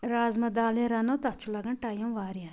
رازمہ دال ییٚلہِ رَنو تَتھ چھُ لَگان ٹایم واریاہ